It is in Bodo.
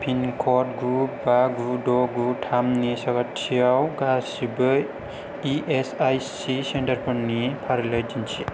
पिनक'ड गु बा गु द' गु थाम नि साखाथियाव गासिबो इ एस आइ सि सेन्टारफोरनि फारिलाइ दिन्थि